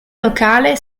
locale